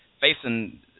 facing